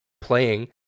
playing